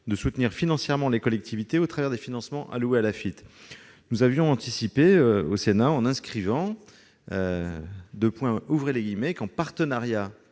de soutenir financièrement les collectivités au travers des financements alloués à l'Afitf. Nous avions anticipé, au Sénat, en inscrivant dans le texte qu'« en partenariat